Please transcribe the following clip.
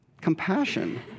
compassion